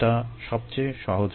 এটা সবচেয়ে সহজ মডেল